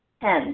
Ten